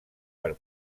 per